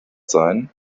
sein